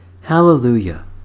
Hallelujah